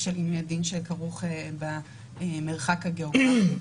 בשל עינוי הדין שכרוך במרחק הגיאוגרפי.